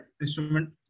instrument